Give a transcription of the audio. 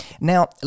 Now